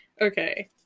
Okay